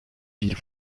ville